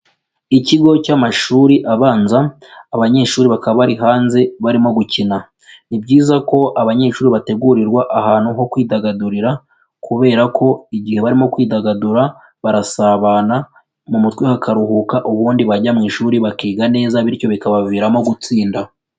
Ikigo cy'amashuri abanza, abanyeshuri bakaba bari hanze barimo gukina. Ni byiza ko abanyeshuri bategurirwa ahantu ho kwidagadurira, kubera ko igihe barimo kwidagadura, barasabana mu mutwe hakaruhuka, ubundi bajya mu ishuri bakiga neza, bityo bikabaviramo gutsinda.